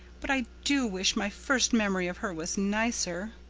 but i do wish my first memory of her was nicer.